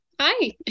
Hi